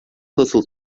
nasıl